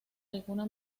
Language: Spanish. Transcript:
alguna